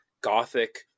Gothic